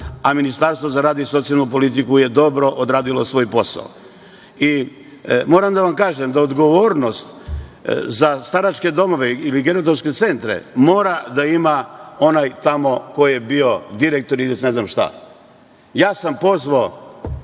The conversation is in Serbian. a Ministarstvo za rad i socijalnu politiku je dobro odradilo svoj posao. Moram da vam kažem da odgovornost za staračke domove ili gerontološke centre mora da ima onaj tamo ko je bio direktor. Ja sam pozvao